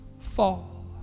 fall